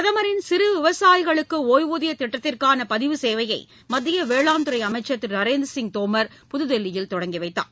பிரதமரின் சிறு விவசாயிகளுக்கு ஒய்வூதிய திட்டத்திற்கான பதிவு சேவையை மத்திய வேளாண் துறை அமைச்சர் திரு நரேந்திரசிங் தோமர் புதுதில்லியில் தொடங்கி வைத்தார்